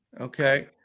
Okay